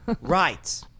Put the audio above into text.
Right